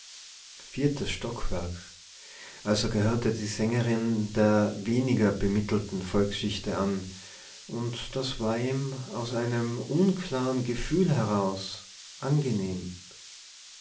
stockwerk also gehörte die sängerin der weniger bemittelten volksschichte an und das war ihm aus einem unklaren gefühl heraus angenehm